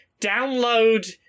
download